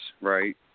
right